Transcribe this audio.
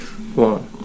One